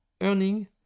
earning